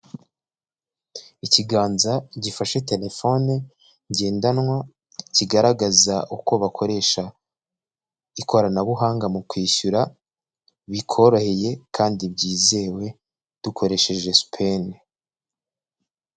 Ikiganza gifashe telefone, ngendanwa. Kigaragaza uko bakoresha, ikoranabuhanga mu kwishyura, bikoroheye kandi byizewe, dukoresheje supeni.